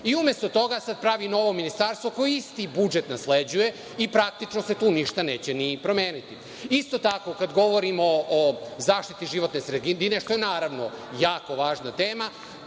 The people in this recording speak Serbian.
i, umesto toga, pravi se novo ministarstvo koje isti budžet nasleđuje i praktično se tu ništa neće promeniti. Isto tako, kada govorimo o zaštiti životne sredine, što je naravno jako važna tema,